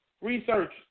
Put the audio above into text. Research